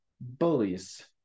bullies